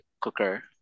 cooker